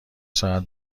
ساعت